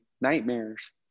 nightmares